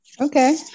Okay